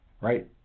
right